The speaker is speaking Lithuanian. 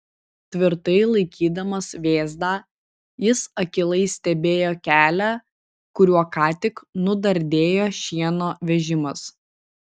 tvirtai laikydamas vėzdą jis akylai stebėjo kelią kuriuo ką tik nudardėjo šieno vežimas